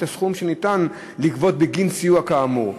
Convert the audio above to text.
הסכום שניתן לגבות בגין סיוע כאמור.